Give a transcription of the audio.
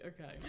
okay